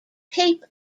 tape